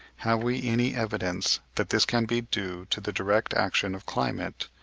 have we any evidence that this can be due to the direct action of climate,